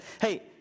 hey